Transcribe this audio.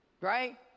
right